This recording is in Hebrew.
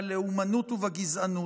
בלאומנות ובגזענות.